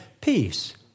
peace